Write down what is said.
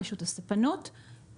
רשות הספנות,